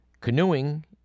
canoeing